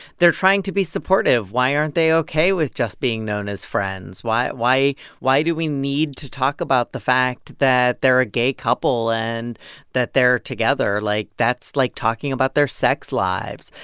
they're trying to be supportive. why aren't they ok with just being known as friends? why why do we need to talk about the fact that they're a gay couple and that they're together? like, that's, like, talking about their sex lives.